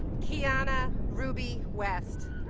keiana ruby west